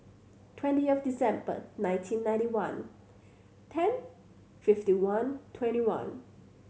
twentieth December nineteen ninety one ten fifty one twenty one